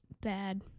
Bad